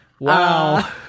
Wow